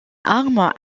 armes